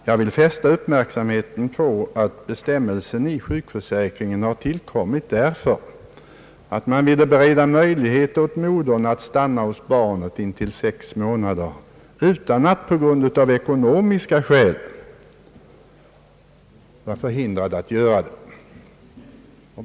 Jag vill då fästa uppmärksamheten på att den nuvarande bestämmelsen i sjukförsäkringslagen tillkommit för att bereda möjlighet åt modern att stanna hemma hos barnet i sex månader utan att av ekonomiska skäl vara förhindrad att göra det.